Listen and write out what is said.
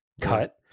cut